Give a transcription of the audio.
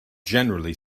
generally